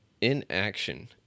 inaction